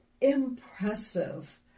Impressive